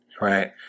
right